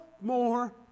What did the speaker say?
more